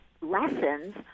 lessons